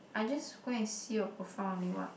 I just go and see your profile only what